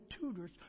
tutors